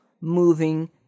moving